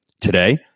Today